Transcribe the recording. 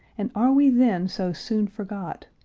and are we then so soon forgot?